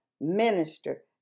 minister